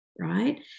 right